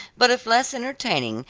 but if less entertaining,